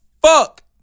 fuck